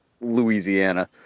Louisiana